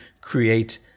create